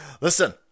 listen